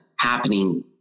happening